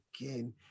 again